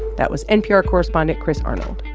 that was npr correspondent chris arnold.